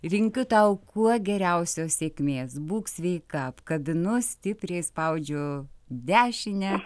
linkiu tau kuo geriausios sėkmės būk sveika apkabinu stipriai spaudžiu dešinę